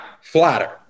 flatter